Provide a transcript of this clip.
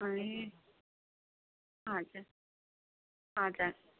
ए हजुर हजुर